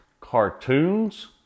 Cartoons